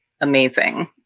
amazing